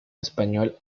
español